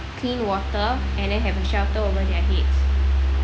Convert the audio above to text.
clean water and then have a shelter over their heads